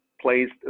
placed